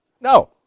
No